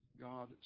God